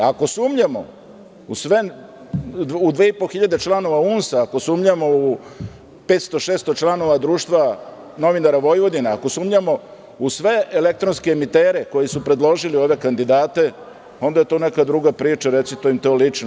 Ako sumnjamo u 2.500 članova UNS-a, ako sumnjamo u 500, 600 članova Društva novinara Vojvodine, ako sumnjamo u sve elektronske emitere koji su predložili ove kandidate, onda je to neka druga priča, recite im to lično.